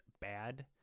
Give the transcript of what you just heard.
bad